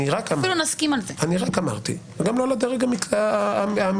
גם לא על הדרג המינהלי,